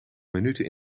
minuten